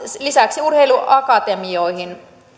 lisäksi urheiluakatemioihin